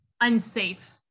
unsafe